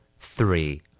three